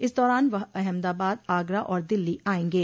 इस दौरान वह अहमदाबाद आगरा और दिल्ली आएंगे